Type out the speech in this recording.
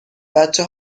بچه